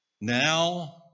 Now